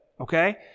okay